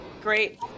great